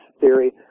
theory